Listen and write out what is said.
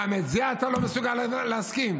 גם לזה אתה לא מסוגל להסכים?